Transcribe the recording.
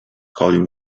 colin